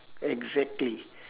exactly